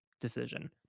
decision